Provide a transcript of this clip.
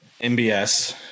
MBS